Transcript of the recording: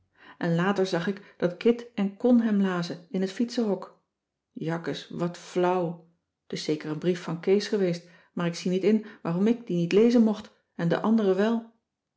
en later zag ik dat kit en con hem lazen in het fietsenhok jakkes wat flauw t is zeker een brief van kees geweest maar ik zie niet in waarom ik die niet lezen mocht en de anderen wel